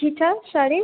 ঘিচা sari